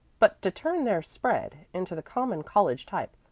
but to turn their spread into the common college type,